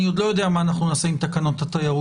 אני עוד לא יודע מה אנחנו נעשה עם תקנות התיירות,